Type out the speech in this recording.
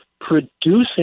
producing